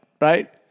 right